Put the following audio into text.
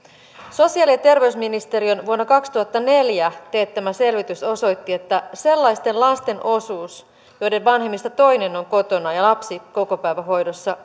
sosiaali ja terveysministeriön vuonna kaksituhattaneljä teettämä selvitys osoitti että sellaisten lasten osuus joiden vanhemmista toinen on kotona ja ja jotka ovat kokopäivähoidossa